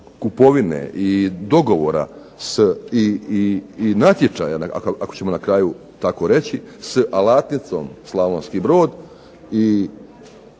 kupovine i dogovora i natječaja, ako ćemo na kraju tako reći s "Alatnicom" Slavonski Brod i